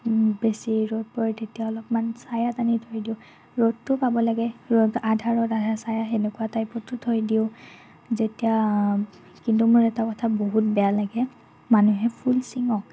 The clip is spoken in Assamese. বেছি ৰ'দ পৰে তেতিয়া অলপমান ছাঁয়াত আনি থৈ দিওঁ ৰ'দটো পাব লাগে ৰ'দ আধা ৰ'দ আধা ছাঁয়া সেনেকুৱা টাইপতো থৈ দিওঁ যেতিয়া কিন্তু মোৰ এটা কথা বহুত বেয়া লাগে মানুহে ফুল চিঙক